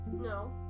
no